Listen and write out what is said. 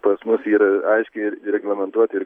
pas mus yra aiškiai reglamentuoti ir